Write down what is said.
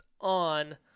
on